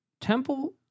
Temple